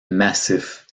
massif